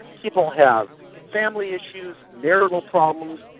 people have family issues, marital problems,